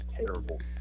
terrible